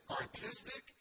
artistic